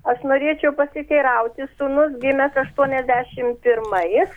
aš norėčiau pasiteirauti sūnus gimęs aštuoniasdešim primais